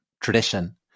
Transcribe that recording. tradition